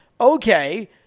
Okay